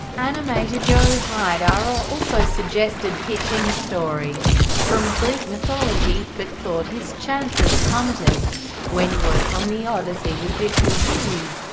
animator joe haidar also suggested pitching a story from greek mythology, but thought his chances plummeted when work on the odyssey was discontinued.